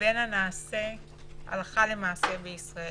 לבין הנעשה הלכה למעשה בישראל.